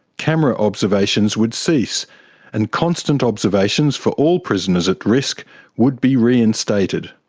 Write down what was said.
camera observations would cease and constant observations for all prisoners at risk would be reinstated.